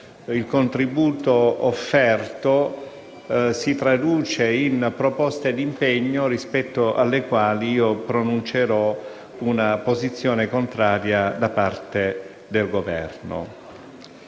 il contributo offerto si traduce in proposte di impegno rispetto alle quali pronuncerò una posizione contraria da parte del Governo.